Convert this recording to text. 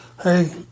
hey